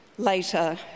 Later